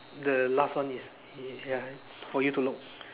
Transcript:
the last one is ya for you to look